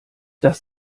das